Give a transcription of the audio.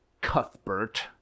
Cuthbert